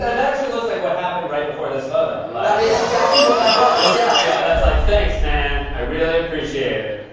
ah that actually looks like what happened right before this photo. like that is exactly what that was, yeah. yeah, that's like, thanks, man. i really appreciate it.